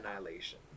annihilation